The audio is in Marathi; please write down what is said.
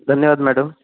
धन्यवाद मॅडम